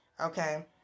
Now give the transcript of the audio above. Okay